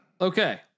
Okay